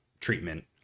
treatment